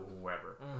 whoever